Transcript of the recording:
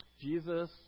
Jesus